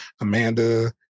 Amanda